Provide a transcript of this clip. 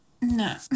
no